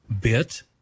bit